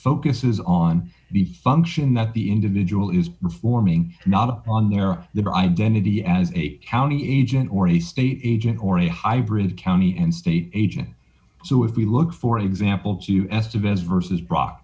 focuses on the function that the individual is performing not on their their identity as a county agent or a state agent or a hybrid of county and state agent so if we look for example to esteve as versus bro